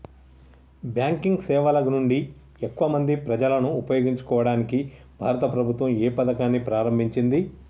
Banking సేవల నుండి ఎక్కువ మంది ప్రజలను ఉపయోగించుకోవడానికి భారత ప్రభుత్వం ఏ పథకాన్ని ప్రారంభించింది?